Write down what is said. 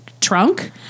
trunk